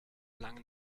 langen